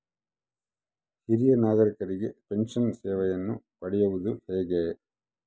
ಹಿರಿಯ ನಾಗರಿಕರಿಗೆ ಪೆನ್ಷನ್ ಸೇವೆಯನ್ನು ಪಡೆಯುವುದು ಹೇಗೆ?